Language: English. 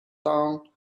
town